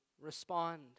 respond